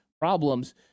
problems